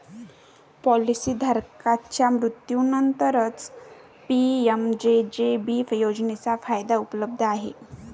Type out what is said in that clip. policy धारकाच्या मृत्यूनंतरच PMJJB योजनेचा फायदा उपलब्ध आहे